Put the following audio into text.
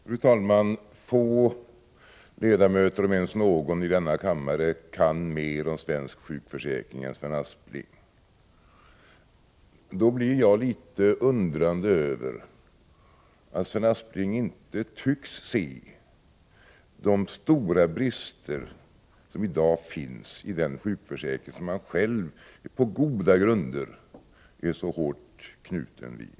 Fru talman! Få ledamöter, om ens någon, i denna kammare kan mer om svensk sjukförsäkring än Sven Aspling. Jag är därför litet undrande över att Sven Aspling inte tycks se de stora brister som i dag finns i den sjukförsäkring som han själv på goda grunder är så hårt knuten vid.